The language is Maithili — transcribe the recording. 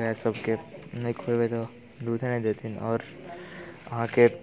गाय सबके नहि खुएबै तऽ दूधे नहि देथिन आओर अहाँकेँ